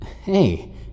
Hey